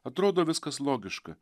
atrodo viskas logiška